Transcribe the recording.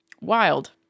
wild